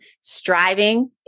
striving